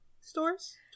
stores